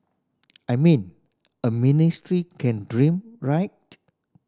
I mean a ministry can dream right